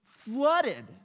flooded